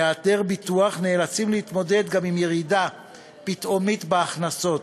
בהיעדר ביטוח נאלצים להתמודד גם עם ירידה פתאומית בהכנסות,